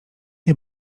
nie